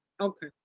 Okay